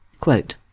quote